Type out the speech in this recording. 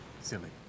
silly